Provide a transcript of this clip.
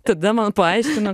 tada man paaiškino